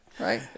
Right